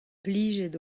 plijet